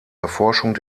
erforschung